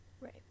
right